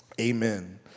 Amen